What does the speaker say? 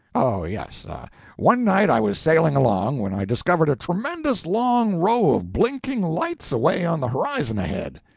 oh yes one night i was sailing along, when i discovered a tremendous long row of blinking lights away on the horizon ahead.